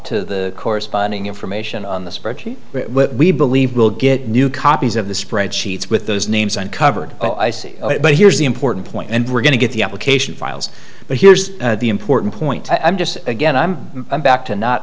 to the corresponding information on the spreadsheet we believe we'll get new copies of the spreadsheets with those names uncovered oh i see but here's the important point and we're going to get the application files but here's the important point i'm just again i'm back to not